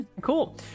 cool